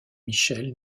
michel